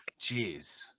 Jeez